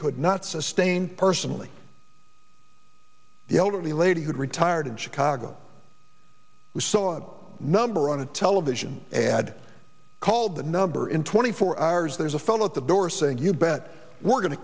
could not sustain personally the elderly lady who'd retired in chicago we saw a number on a television ad called the number in twenty four hours there's a fellow at the door saying you bet we're going to